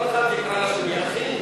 שכל אחד יקרא לשני אחי,